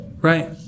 Right